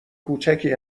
کوچکی